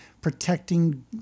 protecting